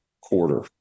quarter